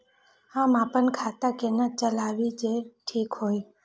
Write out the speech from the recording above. हम अपन खाता केना चलाबी जे ठीक होय?